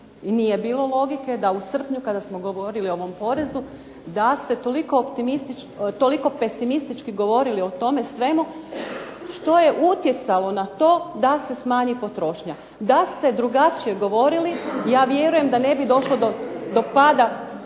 nije bilo logike da u srpnju kada smo govorili o ovom porezu da ste toliko pesimistički govorili o tome svemu što je utjecalo na to da se smanji potrošnja. Da ste drugačije govorili ja vjerujem da ne bi došlo do pada